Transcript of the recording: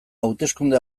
hauteskunde